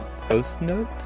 post-note